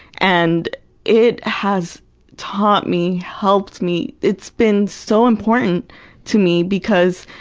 and it has taught me, helped me it's been so important to me because